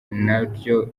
naryo